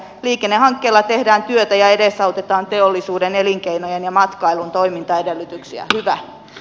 liikennehankkeilla tehdään työtä ja edesautetaan teollisuuden elinkeinojen ja matkailun toimintaedellytyksiä